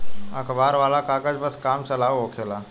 अखबार वाला कागज बस काम चलाऊ होखेला